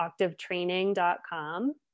octavetraining.com